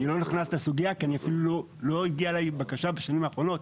אני לא נכנס לסוגיה כי אפילו לא הגיעה אליי בקשה בשנים האחרונות,